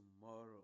tomorrow